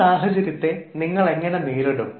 ഈ സാഹചര്യത്തെ നിങ്ങൾ എങ്ങനെ നേരിടും